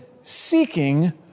seeking